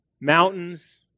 mountains